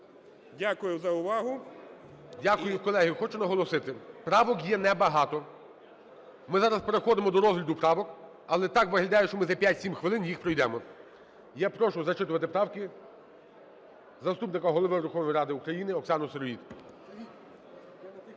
Дякую заувагу. ГОЛОВУЮЧИЙ. Дякую. Колеги, хочу наголосити, правок є небагато. Ми зараз переходимо до розгляду правок, але так виглядає, що ми за 5-7 хвилин їх пройдемо. Я прошу зачитувати правки заступника Голови Верховної Ради України Оксану Сироїд.